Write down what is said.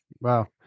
Wow